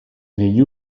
negli